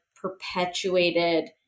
perpetuated